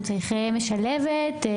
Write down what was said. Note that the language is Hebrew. צריך משלבת,